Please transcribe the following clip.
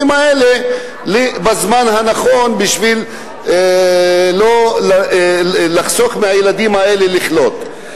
האלה בזמן הנכון בשביל לחסוך מהילדים האלה את הסיכון לחלות.